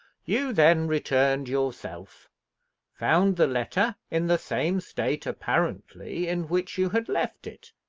you then returned yourself found the letter in the same state, apparently, in which you had left it,